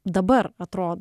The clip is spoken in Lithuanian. dabar atrodo